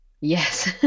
Yes